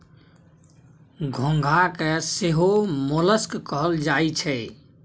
घोंघा के सेहो मोलस्क कहल जाई छै